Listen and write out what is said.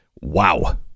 Wow